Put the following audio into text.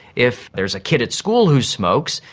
if there's a kid at school who smokes,